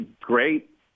great